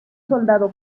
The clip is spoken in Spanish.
soldado